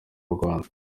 rwanda